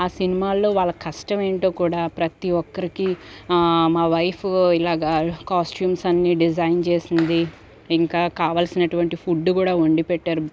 సినిమాల్లో వాళ్ళ కష్టమేంటో కూడా ప్రతి ఒక్కరికి మా వైఫు ఇలాగా కాస్ట్యూమ్స్ అన్ని డిజైన్ చేసింది ఇంకా కావలసినటువంటి ఫుడ్డు కూడా వండి పెట్టారు